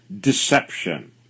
deception